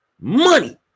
Money